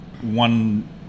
one